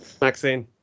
maxine